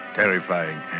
terrifying